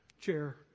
chair